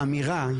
האמירה,